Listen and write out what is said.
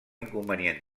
inconvenient